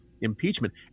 impeachment